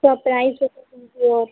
उसका प्राइज़ बता दीजिए आप